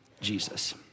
Jesus